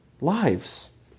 lives